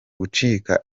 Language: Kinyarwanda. gucika